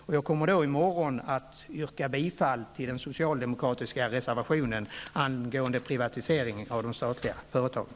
Och jag kommer i morgon att yrka bifall till den socialdemokratiska reservationen angående privatisering av de statliga företagen.